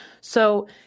so-